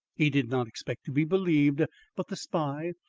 he did not expect to be believed but the spy,